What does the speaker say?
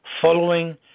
following